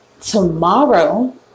tomorrow